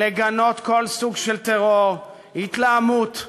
לגנות כל סוג של טרור, התלהמות,